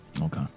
Okay